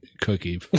cookie